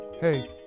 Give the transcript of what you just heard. Hey